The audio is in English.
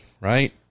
right